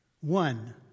One